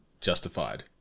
justified